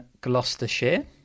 Gloucestershire